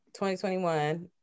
2021